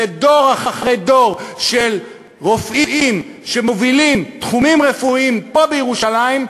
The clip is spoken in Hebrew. ודור אחרי דור של רופאים שמובילים תחומים רפואיים פה בירושלים,